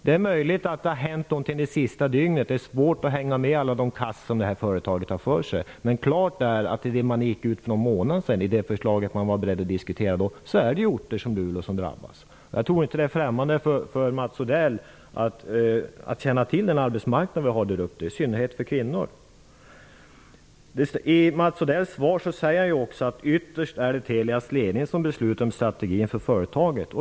Det är möjligt att det har hänt någonting under det senaste dygnet. Det är svårt att hänga med i alla de vändningar som detta företag gör. Men i det förslag som man gick ut med för en månad sedan och var beredd att diskutera skulle orter som Luleå drabbas. Jag tror inte att det är främmande för Mats Odell hur arbetsmarknaden däruppe, i synnerhet för kvinnor, ser ut. Mats Odell säger också i sitt svar att det ytterst är Telias ledning som beslutar om strategin för företaget.